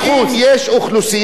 וזה עובדי הבניין.